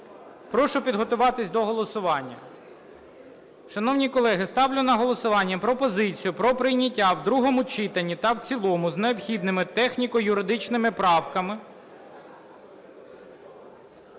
вносити правки з голосу. Шановні колеги, ставлю на голосування питання про прийняття в другому читанні та в цілому з необхідними техніко-юридичними правками